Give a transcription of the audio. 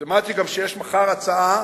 שמעתי גם שיש מחר הצעה